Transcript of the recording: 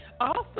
Awesome